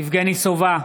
יבגני סובה,